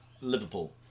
Liverpool